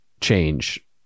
change